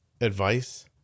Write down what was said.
advice